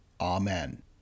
Amen